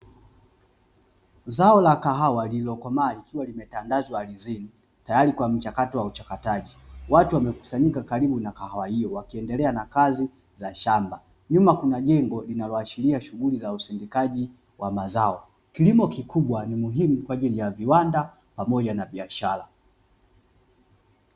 Zao la kahawa lililokomaa likiwa limetandazwa ardhini, tayari kwa mchakato wa uchakataji. Watu wamekusanyika karibu na kahawa hiyo wakiendelea na kazi za shamba, nyuma kuna jengo linaloashiria shughuli za usindikaji wa mazao. Kilimo kikubwa ni muhimu kwaajili ya viwanda pamoja na biashara.